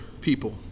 people